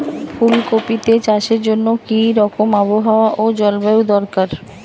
ফুল কপিতে চাষের জন্য কি রকম আবহাওয়া ও জলবায়ু দরকার?